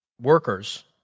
workers